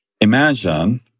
Imagine